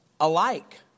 alike